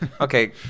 Okay